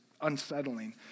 unsettling